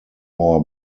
more